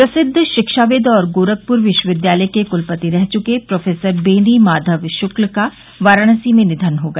प्रसिद्व शिक्षाविद् और गोरखपुर विश्वविद्यालय के कुलपति रह चुके प्रोफेसर बेनी माधव शुक्ल का वाराणसी में निधन हो गया